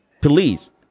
please